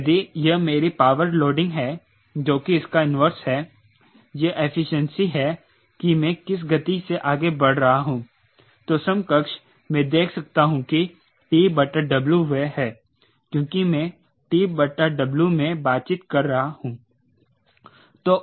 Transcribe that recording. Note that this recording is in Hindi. यदि यह मेरी पावर लोडिंग है जो कि इसका इन्वर्स है यह इफिशिएंसी है कि मैं किस गति से आगे बढ़ रहा हूं तो समकक्ष मैं देख सकता हूं कि TW वह है क्योंकि मैं TW में बातचीत कर रहा हूं